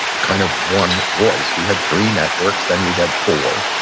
kind of one voice. we had three networks. then we had four.